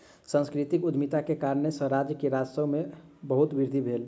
सांस्कृतिक उद्यमिता के कारणेँ सॅ राज्य के राजस्व में बहुत वृद्धि भेल